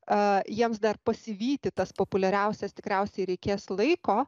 jiems dar pasivyti tas populiariausias tikriausiai reikės laiko